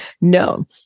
No